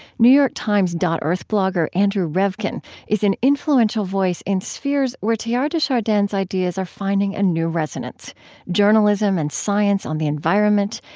new york times dot earth blogger andrew revkin is an influential voice in spheres where teilhard de chardin's ideas are finding a new resonance journalism and science on the environment,